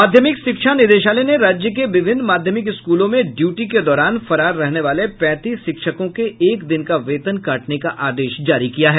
माध्यमिक शिक्षा निदेशालय ने राज्य के विभिन्न माध्यमिक स्कूलों में ड्यूटी के दौरान फरार रहने वाले पैंतीस शिक्षकों के एक दिन का वेतन काटने का आदेश जारी किया है